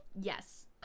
Yes